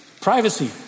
Privacy